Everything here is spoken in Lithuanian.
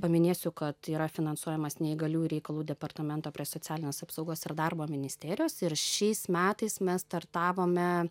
paminėsiu kad yra finansuojamas neįgaliųjų reikalų departamento prie socialinės apsaugos ir darbo ministerijos ir šiais metais mes startavome